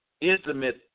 intimate